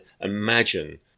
imagine